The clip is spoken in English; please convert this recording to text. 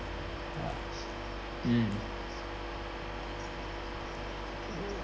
mm